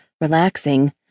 relaxing